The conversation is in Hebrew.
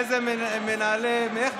איזה מנהלי, איך?